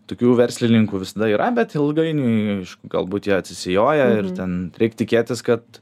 tokių verslininkų visada yra bet ilgainiui galbūt jie atsisijoja ir ten reik tikėtis kad